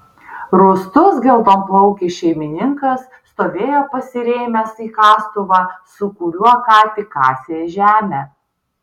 rūstus geltonplaukis šeimininkas stovėjo pasirėmęs į kastuvą su kuriuo ką tik kasė žemę